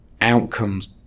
Outcomes